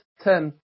ten